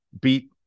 beat